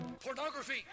pornography